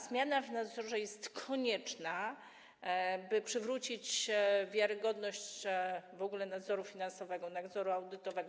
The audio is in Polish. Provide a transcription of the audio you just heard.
Zmiana w nadzorze jest konieczna, by przywrócić wiarygodność w ogóle nadzoru finansowego, nadzoru audytowego.